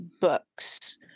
books